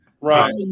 right